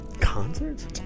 Concerts